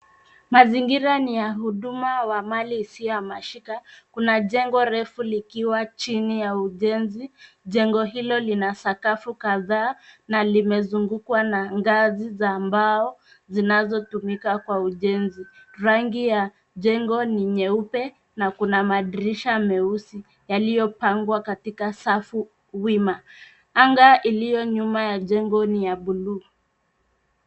Mazingira ni ya huduma wa mali isiyohamashika. Kuna jengo refu likiwa chini ya ujenzi. Jengo hilo lina sakafu kadhaa na limezungukwa na ngazi za mbao zinazotumika kwa ujenzi. Rangi ya jengo ni nyeupe na kuna madirisha meusi yaliyopangwa katika safu wima. Anga iliyo nyuma ya jengo ni ya buluu.